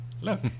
look